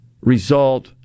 result